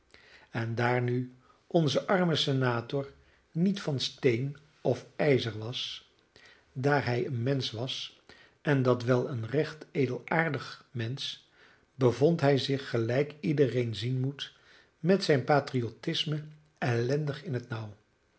en daar nu onze arme senator niet van steen of ijzer was daar hij een mensch was en dat wel een recht edelaardig mensch bevond hij zich gelijk iedereen zien moet met zijn patriotisme ellendig in het nauw